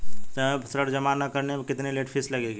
समय पर ऋण जमा न करने पर कितनी लेट फीस लगेगी?